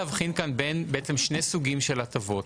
אני רוצה להבחין כאן בין שני סוגים של הטבות.